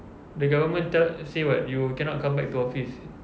the government tell say what you cannot come back to office